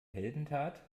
heldentat